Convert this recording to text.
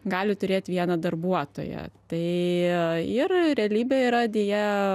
gali turėt vieną darbuotoją tai yra realybė yra deja